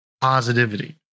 positivity